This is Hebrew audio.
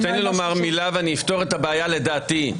תן לי לומר מילה ואפתור את הבעיה לדעתי.